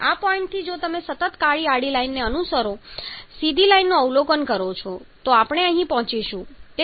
આ પોઇન્ટથી જો તમે સતત કાળી આડી લાઈનને અનુસરો છો સીધી લાઈનનું અવલોકન કરો છો તો આપણે અહીં પહોંચીશું